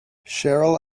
cheryl